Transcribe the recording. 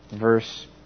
verse